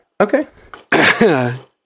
okay